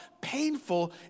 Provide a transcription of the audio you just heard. painful